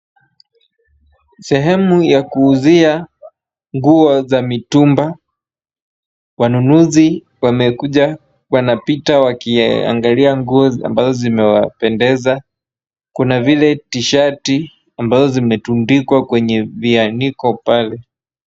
Sehemu ya kuuzia nguo za mitumba. Wanunuzi wamekuja, wanapita wakiangalia nguo ambazo zimewapendeza. Kuna vile t-shirt ambazo zimetundikwa kwenye vianiko pale.